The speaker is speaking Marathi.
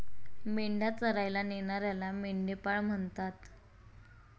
मेंढ्या चरायला नेणाऱ्याला मेंढपाळ म्हणतात